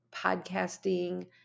podcasting